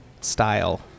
style